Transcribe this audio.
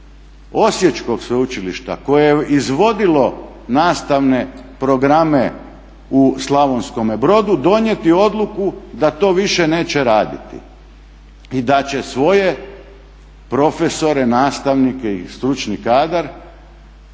Osječkog sveučilišta koje je izvodilo nastavne programe u Slavonskome Brodu donijeti odluku da to više neće raditi i da će svoje profesore, nastavnike i stručni kadar